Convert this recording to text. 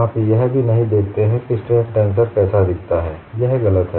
आप यह भी नहीं देखते हैं कि स्ट्रेन टेंसर कैसा दिखता है यह गलत है